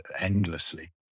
endlessly